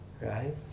right